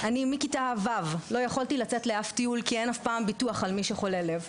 מכיתה ו' לא יכולתי לצאת לאף טיול כי אין אף פעם ביטוח על חולה לב.